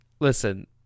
Listen